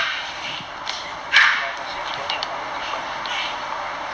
same we are the same spelling only different surname only